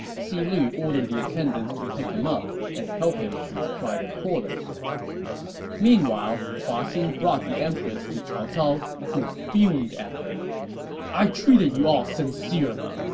xi lu ordered the attendants to pick him up and help him to his private quarters meanwhile, hua xin brought the empress to cao cao, who fumed at her i treated you all sincerely,